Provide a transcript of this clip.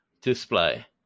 display